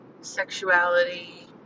sexuality